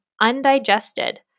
undigested